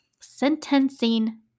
Sentencing